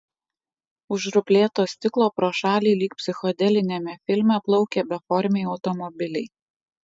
už ruplėto stiklo pro šalį lyg psichodeliniame filme plaukė beformiai automobiliai